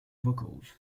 vocals